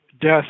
death